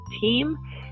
team